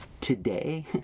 today